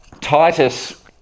Titus